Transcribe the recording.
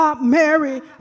Mary